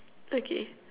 okay